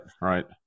right